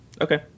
Okay